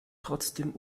trotzdem